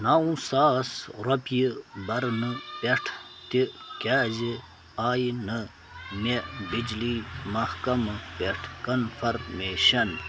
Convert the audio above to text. نَو ساس رۄپیہِ بَرنہٕ پٮ۪ٹھ تہِ کیٛازِ آیہِ نہٕ مےٚ بجلی محکمہٕ پٮ۪ٹھٕ کنفرمیشَن